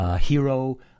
hero